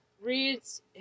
reads